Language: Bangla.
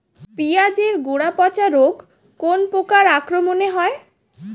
পিঁয়াজ এর গড়া পচা রোগ কোন পোকার আক্রমনে হয়?